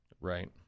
Right